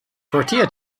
tortilla